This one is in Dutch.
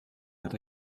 naar